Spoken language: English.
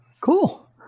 Cool